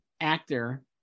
actor